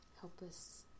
helpless